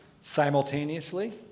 simultaneously